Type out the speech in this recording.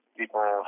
people